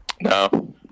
No